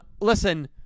Listen